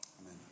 amen